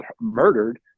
murdered